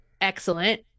excellent